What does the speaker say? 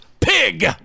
pig